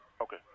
Okay